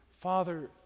Father